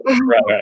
right